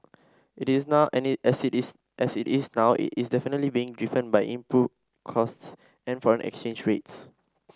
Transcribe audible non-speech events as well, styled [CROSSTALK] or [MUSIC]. it is now any [UNINTELLIGIBLE] is now is definitely being driven by input costs and foreign exchange rates